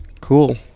cool